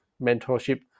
mentorship